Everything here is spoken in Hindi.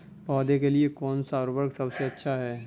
पौधों के लिए कौन सा उर्वरक सबसे अच्छा है?